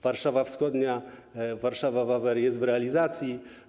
Warszawa Wschodnia - Warszawa Wawer jest w realizacji.